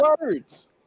words